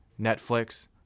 Netflix